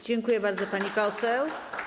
Dziękuję bardzo, pani poseł.